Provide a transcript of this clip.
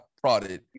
prodded